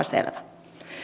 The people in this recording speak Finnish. selvä